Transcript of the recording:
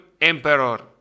emperor